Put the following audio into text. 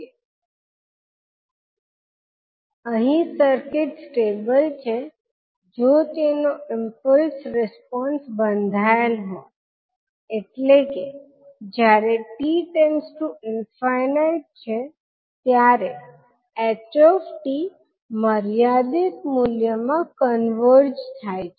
તેથી આ પોઈન્ટએ કરંટ ખૂબ જ એક્સ્પોનેંશિયલી વધી રહ્યો છે તેથી જો તમને આ ચોક્કસ સિગ્નલ પર 𝑖0 ને પ્લોટ કરવાનું કહેવામાં આવે જેથી સમય t ના શૂન્યથી બે વચ્ચેના સમયગાળા મા તે એક્સ્પોનેંશિયલી વધે છે તેથી તમારો રિસ્પોન્સ આના જેવો હશે અને t ના બે કરતા વધારે માટે આ ટર્મ કોઈપણ રીતે અચળ છે તેથી રિસ્પોન્સ e t દ્વારા સંચાલિત થવો જોઈએ એટલે કે t ના બે કરતા વધારે માટે તે એક્સ્પોનેંશિયલી ઘટી રહ્યો હશે તેથી બે કરતા વધારે સમય t માટે 𝑖0 એક્સ્પોનેંશિયલી ઘટી જશે તેથી ઇનપુટ સિગ્નલ Is માટે આ કરંટ I0 નો રિસ્પોન્સ આવો હશે